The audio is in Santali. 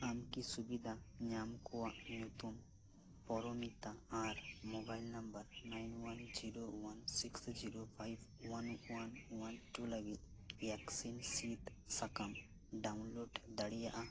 ᱟᱢᱠᱤ ᱥᱩᱵᱤᱫᱷᱟ ᱧᱟᱢ ᱠᱚᱣᱟᱜ ᱧᱩᱛᱩᱢ ᱯᱚᱨᱚᱢᱤᱛᱟ ᱟᱨ mobile number nine one zero one six zero five one one one two ᱞᱟᱹᱜᱤᱫ ᱵᱷᱮᱠᱥᱤᱱ ᱥᱤᱫ ᱥᱟᱠᱟᱢ ᱰᱟᱣᱩᱱᱞᱳᱰ ᱫᱟᱲᱮᱭᱟᱜᱼᱟ